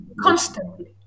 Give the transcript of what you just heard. constantly